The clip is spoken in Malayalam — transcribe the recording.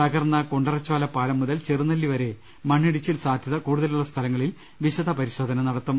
തകർന്ന കുണ്ടറച്ചോല പാലം മുതൽ ചെറുനല്ലി വരെ മണ്ണിടിച്ചിൽ സാധ്യത കൂടുത്ലുളള സ്ഥലങ്ങളിൽ വിശദ പരിശോധന നടത്തും